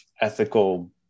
ethical